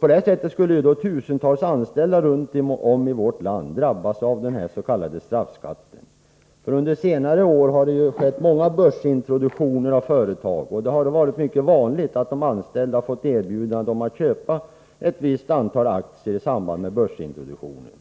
På detta sätt skulle tusentals anställda runt om i vårt land drabbas av denna s.k. straffskatt. Under senare år har det ju skett många börsintroduktioner av företag, och det har då varit mycket vanligt att de anställda fått erbjudande om att köpa ett visst antal aktier i samband med börsintroduktionen.